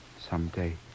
someday